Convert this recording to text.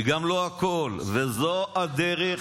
היא גם לא הכול, וזו הדרך